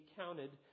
counted